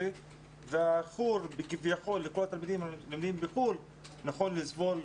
והאיחור כביכול לכל התלמידים שלומדים בחוץ לארץ,